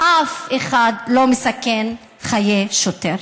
אף אחד לא מסכן חיי שוטר.